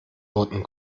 wurden